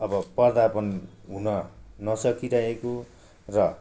अब पर्दापण हुन नसकिरहेको र